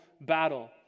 battle